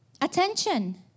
attention